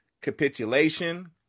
capitulation